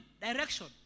Direction